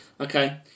okay